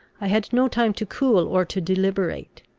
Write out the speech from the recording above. i had no time to cool or to deliberate.